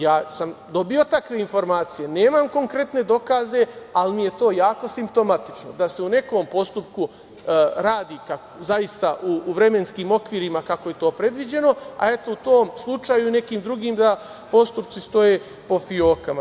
Ja sam dobio takve informacije, nemam konkretne dokaze, ali mi je to jako simptomatično da se u nekom postupku radi u vremenskim okvirima kako je to predviđeno, a u tom slučaju i nekim drugim da postupci stoje po fiokama.